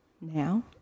Now